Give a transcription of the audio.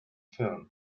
film